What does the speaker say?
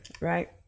right